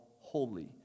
holy